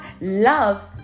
loves